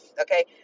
okay